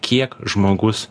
kiek žmogus